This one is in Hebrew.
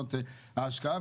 בשנות ההשקעה,